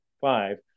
five